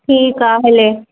ठीकु आहे हले